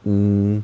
mm